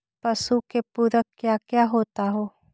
पशु के पुरक क्या क्या होता हो?